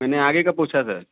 मैंने आगे का पूछा सर